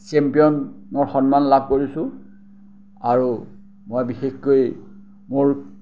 চেম্পিয়নৰ সন্মান লাভ কৰিছোঁ আৰু মই বিশেষকৈ মোৰ